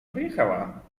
wyjechała